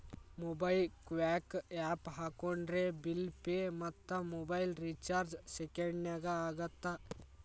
MobiKwik app ಹಾಕೊಂಡ್ರೆ bill pay ಮತ್ತ mobile recharge ಸೆಕೆಂಡನ್ಯಾಗ ಆಗತ್ತ